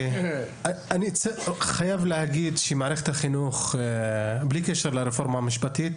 אני חייב להגיד, שבלי קשר לרפורמה המשפטית,